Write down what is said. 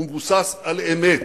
הוא מבוסס על אמת.